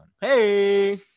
Hey